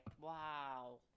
Wow